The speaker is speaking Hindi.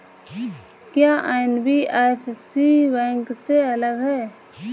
क्या एन.बी.एफ.सी बैंक से अलग है?